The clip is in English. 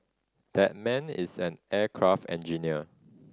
that man is an aircraft engineer